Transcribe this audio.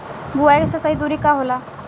बुआई के सही दूरी का होला?